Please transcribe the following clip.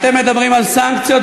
אתם מדברים על סנקציות,